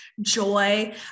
joy